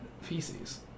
feces